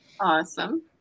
Awesome